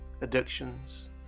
addictions